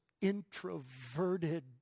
introverted